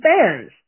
fans